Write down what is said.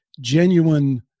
genuine